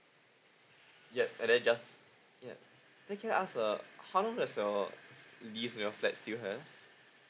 ya and then just yeah then can ask uh how long is your lease you know flat still have